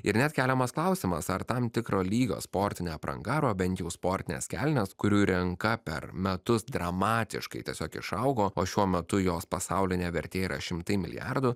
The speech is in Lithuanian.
ir net keliamas klausimas ar tam tikro lygio sportinė apranga arba bent jau sportinės kelnės kurių rinka per metus dramatiškai tiesiog išaugo o šiuo metu jos pasaulinė vertė yra šimtai milijardų